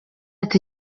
ati